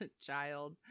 child